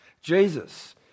Jesus